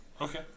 Okay